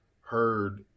heard